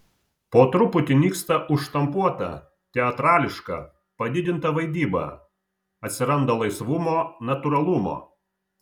po truputį nyksta užštampuota teatrališka padidinta vaidyba atsiranda laisvumo natūralumo